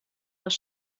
das